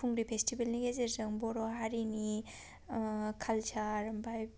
बावखुंग्रि फेस्टिबेलनि गेजेरजों बर' हारिनि कालचार ओमफ्राय